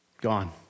Gone